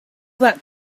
that